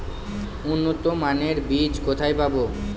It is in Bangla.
উন্নতমানের বীজ কোথায় পাব?